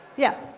yeah.